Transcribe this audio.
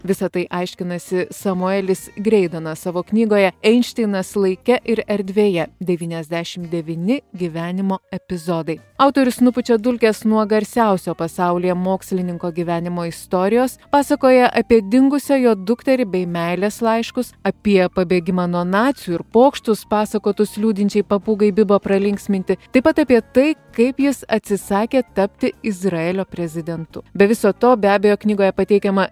visa tai aiškinasi samuelis greidanas savo knygoje einšteinas laike ir erdvėje devyniasdešimt devyni gyvenimo epizodai autorius nupučia dulkes nuo garsiausio pasaulyje mokslininko gyvenimo istorijos pasakoja apie dingusią jo dukterį bei meilės laiškus apie pabėgimą nuo nacių ir pokštus pasakotus liūdinčiai papūgai bibo pralinksminti taip pat apie tai kaip jis atsisakė tapti izraelio prezidentu be viso to be abejo knygoje pateikiama